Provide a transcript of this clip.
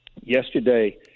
Yesterday